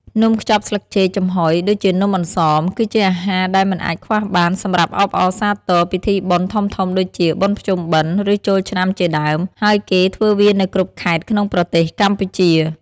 នំខ្ចប់ស្លឹកចេកចំហុយ ដូចជានំអន្សម គឺជាអាហារដែលមិនអាចខ្វះបានសម្រាប់អបអរសាទរពិធីបុណ្យធំៗដូចជាបុណ្យភ្ជុំបិណ្ឌ ឬចូលឆ្នាំជាដើម ហើយគេធ្វើវានៅគ្រប់ខេត្តក្នុងប្រទេសកម្ពុជា។។